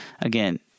Again